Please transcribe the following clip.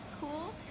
Cool